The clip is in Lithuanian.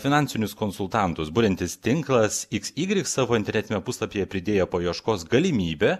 finansinius konsultantus buriantis tinklas iks ygrik savo internetiniame puslapyje pridėjo paieškos galimybę